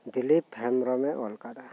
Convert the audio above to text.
ᱫᱤᱞᱤᱯ ᱦᱮᱢᱵᱨᱚᱢᱮ ᱚᱞ ᱟᱠᱟᱫᱟ